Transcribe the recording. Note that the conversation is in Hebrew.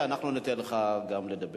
דרך המשבר הכלכלי.